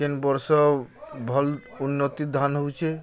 କେନ୍ ବର୍ଷ ଭଲ୍ ଉନ୍ନତି ଧାନ୍ ହେଉଛେ